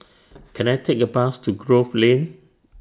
Can I Take A Bus to Grove Lane